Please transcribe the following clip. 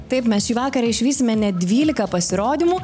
taip mes šį vakarą išvysime net dvylika pasirodymų